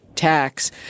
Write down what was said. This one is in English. tax